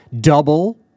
Double